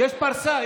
יש פרסה,